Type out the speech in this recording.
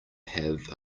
have